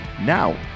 Now